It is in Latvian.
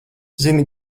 zini